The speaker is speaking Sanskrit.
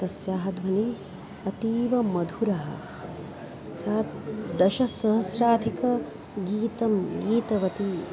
तस्याः ध्वनिः अतीवमधुरा सा दशसहस्राधिकगीतं गीतवती